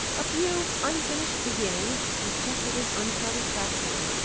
a few unfinished beginnings, rejected as unsatisfactory,